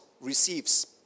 receives